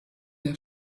der